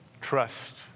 Trust